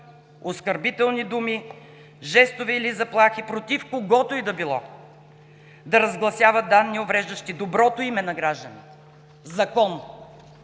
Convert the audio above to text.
оскърбителни думи, жестове или заплахи против когото и да било, да разгласяват данни, увреждащи доброто име на гражданите“. Закон,